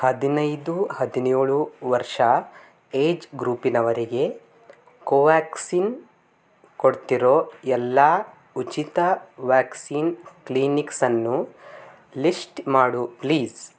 ಹದಿನೈದು ಹದಿನೇಳು ವರ್ಷ ಏಜ್ ಗ್ರೂಪಿನವರಿಗೆ ಕೋವ್ಯಾಕ್ಸಿನ್ ಕೊಡ್ತಿರೋ ಎಲ್ಲ ಉಚಿತ ವ್ಯಾಕ್ಸಿನ್ ಕ್ಲಿನಿಕ್ಸ್ ಅನ್ನು ಲಿಸ್ಟ್ ಮಾಡು ಪ್ಲೀಸ್